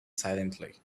silently